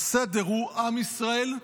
הסדר הוא עם ישראל,